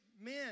men